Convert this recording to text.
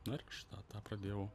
na ir kažkada tą pradėjau